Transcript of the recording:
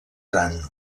gran